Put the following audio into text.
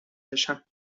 بشم